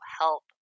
help